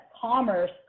commerce